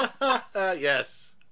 Yes